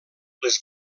les